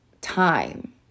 time